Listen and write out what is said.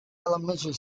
elementary